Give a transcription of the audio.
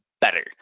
better